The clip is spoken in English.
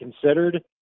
considered